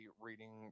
reading